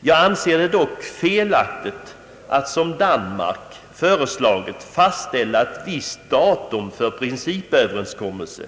Jag anser det dock felaktigt att, som Danmark föreslagit, fastställa ett visst datum för principöverenskommelser.